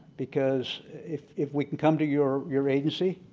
because, if if we can come to your your agency,